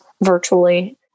virtually